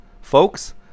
folks